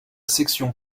section